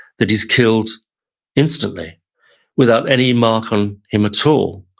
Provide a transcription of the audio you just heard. that he's killed instantly without any mark on him at all,